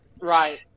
right